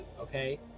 okay